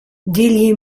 déliez